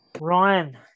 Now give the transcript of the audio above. Ryan